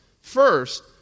first